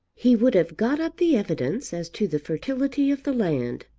he would have got up the evidence as to the fertility of the land,